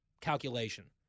calculation